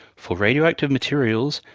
for radioactive materials,